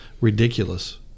ridiculous